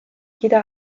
jeder